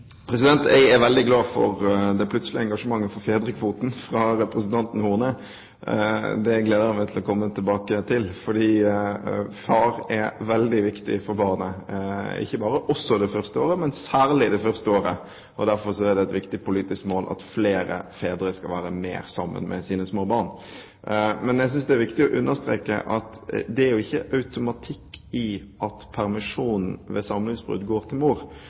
Jeg er veldig glad for det plutselige engasjementet for fedrekvoten fra representanten Horne. Det gleder jeg meg til å komme tilbake til, for far er veldig viktig for barnet, ikke bare det første året, men særlig det første året. Derfor er det et viktig politisk mål at flere fedre skal være mer sammen med sine små barn. Jeg synes det er viktig å understreke at det ikke er automatikk i at permisjonen ved samlivsbrudd går til mor,